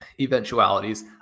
eventualities